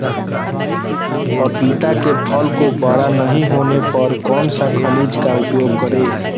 पपीता के फल को बड़ा नहीं होने पर कौन सा खनिज का उपयोग करें?